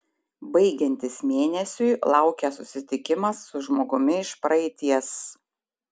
baigiantis mėnesiui laukia susitikimas su žmogumi iš praeities